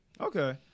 Okay